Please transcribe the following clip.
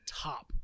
top